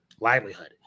Livelihood